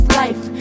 life